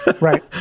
right